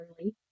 early